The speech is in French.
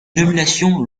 nominations